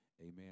Amen